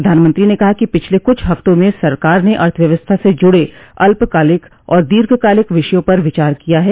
प्रधानमंत्री ने कहा कि पिछले कुछ हफ्तों में सरकार ने अर्थव्यवस्था से जुड़े अल्प कालिक और दीर्घ कालिक विषयों पर विचार किया है